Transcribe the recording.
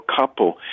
couple